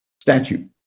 statute